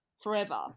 forever